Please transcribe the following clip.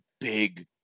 big